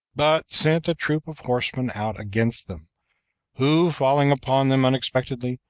but sent a troop of horsemen out against them who, falling upon them unexpectedly,